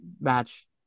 match